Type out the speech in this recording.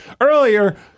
Earlier